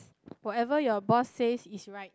whatever your boss says is right